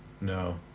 no